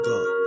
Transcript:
God